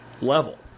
level